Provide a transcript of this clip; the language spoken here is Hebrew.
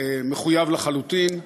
מחויב לחלוטין,